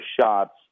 shots